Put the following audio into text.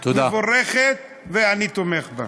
מבורכת, ואני תומך בה.